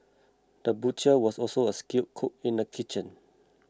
the butcher was also a skilled cook in the kitchen